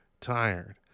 tired